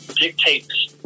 dictates